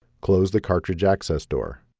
close the cartridge access door